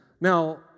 Now